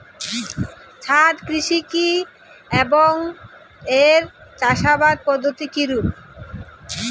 ছাদ কৃষি কী এবং এর চাষাবাদ পদ্ধতি কিরূপ?